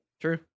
true